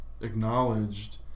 acknowledged